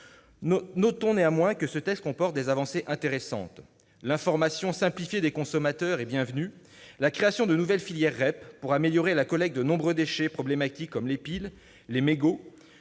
Notons néanmoins que ce texte comporte des avancées intéressantes. L'information simplifiée des consommateurs est bienvenue. La création de nouvelles filières REP pour améliorer la collecte de nombreux déchets problématiques comme les piles, les mégots